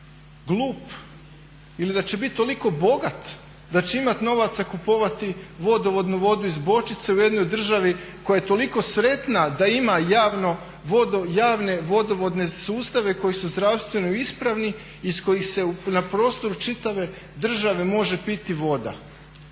glup ili da će biti toliko bogat da će imati novaca kupovati vodovodnu vodu iz bočice u jednoj državi koja je toliko sretna da ima javne vodovodne sustave koji su zdravstveno ispravni iz kojih se na prostoru čitave države može biti voda.